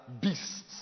beasts